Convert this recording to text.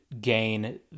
gain